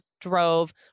drove